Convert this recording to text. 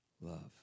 love